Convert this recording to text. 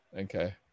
Okay